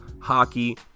hockey